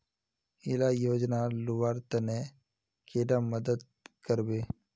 इला योजनार लुबार तने कैडा मदद करबे?